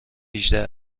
هجده